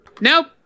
Nope